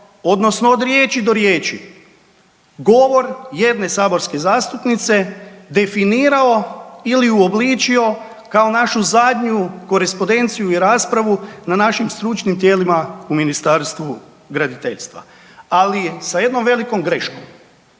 odnosno od riječi do riječi govor jedne saborske zastupnice definirao ili uobličio kao našu zadnju korespondenciju i raspravu na našim stručnim tijelima u Ministarstvu graditeljstva. Ali sa jednom velikom greškom,